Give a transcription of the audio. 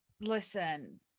listen